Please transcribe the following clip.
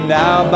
now